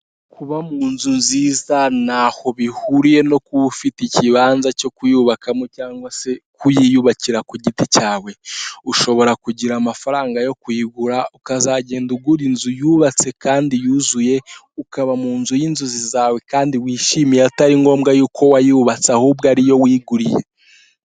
Kuba mu nzu nziza ntaho bihuriye no kuba ufite ikibanza cyo kuyubakamo cyangwa se kuyiyubakira ku giti cyawe, ushobora kugira amafaranga yo kuyigura ukazagenda ugura inzu yubatse kandi yuzuye, ukaba mu nzu y'inzozi zawe kandi wishimiye atari ngombwa yuko wayubatse ahubwo ari iyo wiguriye.